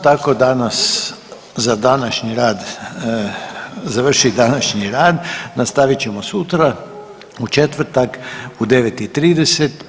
tako danas, za današnji rad, završili današnji rad, nastavit ćemo sutra u četvrtak u 9 i 30.